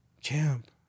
champ